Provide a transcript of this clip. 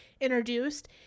introduced